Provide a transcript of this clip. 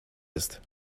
ist